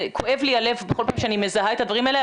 כואב לי הלב בכל פעם שאני מזהה את הדברים האלה.